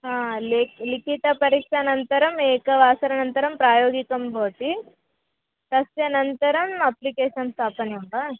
हा ले लिखितपरीक्षानन्तरम् एकवासर अनन्तरं प्रायोगिकं भवति तस्य अनन्तरम् अप्लिकेशन् स्थापनीयं वा